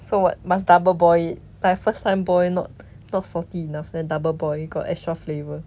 so what must double boil it I first time boil not not salty enough then double boil got extra flavour